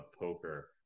poker